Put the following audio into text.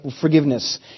forgiveness